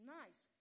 nice